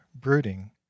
brooding